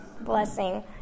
Blessing